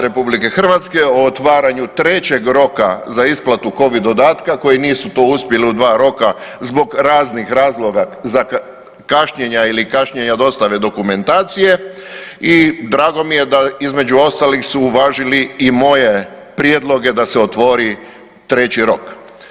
RH o otvaranju trećeg roka za isplatu COVID dodatka koji nisu to uspjeli u 2 roka zbog raznih razloga kašnjenja ili kašnjenja od dostave dokumentacije, i drago mi je da između ostalih su uvažili i moje prijedloge da se otvori treći rok.